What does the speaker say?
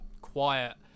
quiet